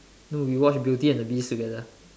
no we watched beauty and the beast together